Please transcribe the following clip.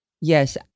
Yes